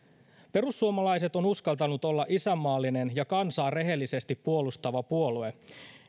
perussuomalaiset on uskaltanut olla isänmaallinen ja kansaa rehellisesti puolustava puolue